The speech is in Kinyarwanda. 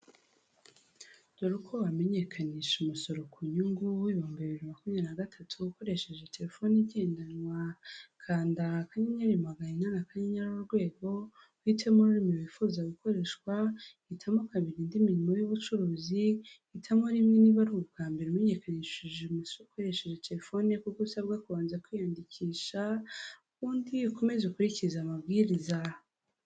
Dore uko wamenyekanisha umusoro ku nyungu 2023 ukoresheje telefone igendanwa. Kanda *800# uhitemo ururimi wifuza gukoreshwa, hitamo 2 indi mirimo y'ubucuruzi uhitamo 1 niba ari ubwa mbere umenyekanishije umusiyo ukoresheje telefone kuko usabwa kubanza kwiyandikisha ubundi ukomeze ukurikize amabwiriza.